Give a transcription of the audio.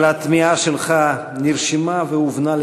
אבל התמיהה שלך נרשמה והובנה,